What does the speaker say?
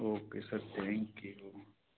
okay sir thank you